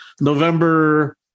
November